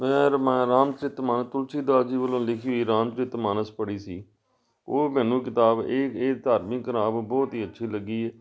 ਮੈਂ ਰਾਮਾਇਣ ਰਾਮਚਰਿਤ ਮਾਨਸ ਤੁਲਸੀਦਾਸ ਜੀ ਵੱਲੋਂ ਲਿਖੀ ਹੋਈ ਰਾਮਚਰਿਤ ਮਾਨਸ ਪੜ੍ਹੀ ਸੀ ਉਹ ਮੈਨੂੰ ਕਿਤਾਬ ਇਹ ਇਹ ਧਾਰਮਿਕ ਕਿਤਾਬ ਬਹੁਤ ਹੀ ਅੱਛੀ ਲੱਗੀ ਹੈ